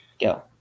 go